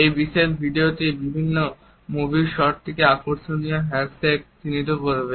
এই বিশেষ ভিডিওটি বিভিন্ন মুভির শট থেকে কিছু আকর্ষণীয় হ্যান্ডশেককে চিত্রিত করবে